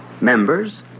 members